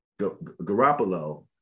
Garoppolo